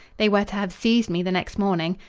they were to have seized me the next morning.